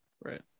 Right